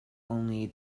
only